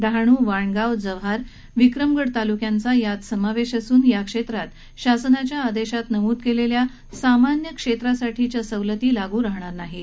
डहाणू वाणगाव जव्हार विक्रमगड तालुक्यांचा यात समावेश असून या क्षेत्रात शासनाच्या आदेशात नमूद केलेल्या सामान्य क्षेत्रासाठी लागू असलेल्या सवलती लागू राहणार नाहीत